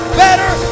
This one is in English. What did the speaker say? better